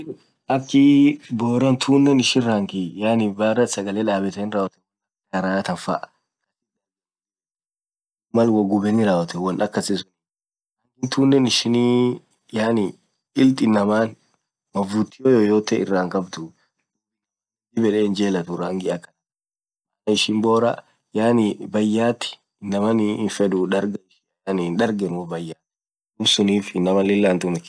rangin akhiii borra thunen ishin rangii yaani baadha sagale dhabeni rawothen (.) iraa thanfa Mal woo ghubeni rawothen won akasi sunn wontunen ishin yaani ilthii inamaan mavutio yoyote irahiqabdhu dhib yed hinjelathu rangi akhana ishin borra yaani bayyet inaman hinfedhuu dharga ishia hindargenuu bayyath dhub sunif Inamaa hinthumethu